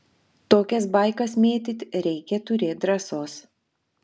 tokias baikas mėtyt reikia turėt drąsos